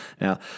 Now